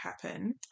happen